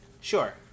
Sure